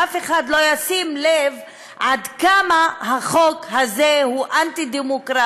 שאף אחד לא ישים לב עד כמה החוק הזה הוא אנטי-דמוקרטי,